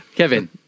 Kevin